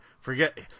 forget